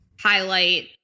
highlight